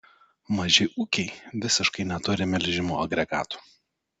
maži ūkiai visiškai neturi melžimo agregatų